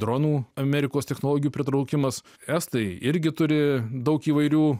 dronų amerikos technologių pritraukimas estai irgi turi daug įvairių